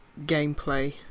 gameplay